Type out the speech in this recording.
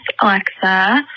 Alexa